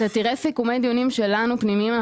אתה תראה סיכומי דיונים שלנו פנימיים,